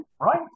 Right